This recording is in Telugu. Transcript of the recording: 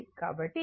కాబట్టి అది I